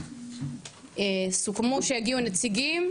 סוכמו שיגיעו נציגים,